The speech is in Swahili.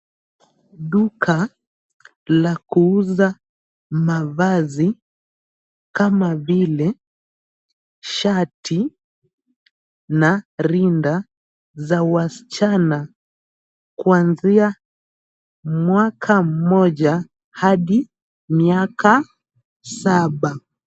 Duka la kuuza mavazi kama vile shati na rinda za wasichana kuanzia mwaka mmoja hadi miaka saba.